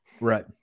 Right